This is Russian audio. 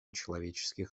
человеческих